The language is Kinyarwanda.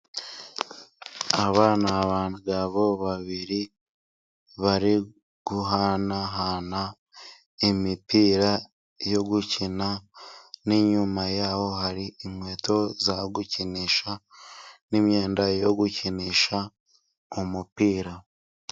Aba n'abagabo babiri bari guhanahana imipira, yo gukina n'inyuma yaho hari inkweto zo gukinisha, n'imyenda yo gukinisha umupira.